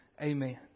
amen